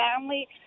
family